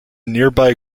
nearby